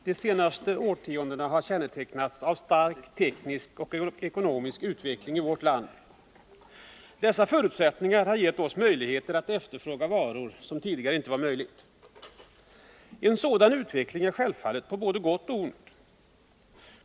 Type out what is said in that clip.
Herr talman! De senaste årtiondena har kännetecknats av stark teknisk och ekonomisk utveckling i vårt land. Dessa förutsättningar har gett oss möjlighet att efterfråga varor som det tidigare inte varit möjligt att skaffa. En sådan utveckling är självfallet på både gott och ont.